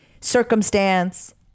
circumstance